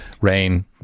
Rain